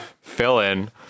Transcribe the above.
fill-in